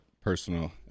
personal